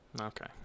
Okay